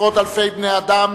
עשרות אלפי בני-אדם